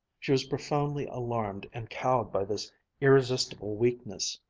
she was profoundly alarmed and cowed by this irresistible weakness,